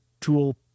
tool